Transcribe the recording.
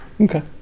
Okay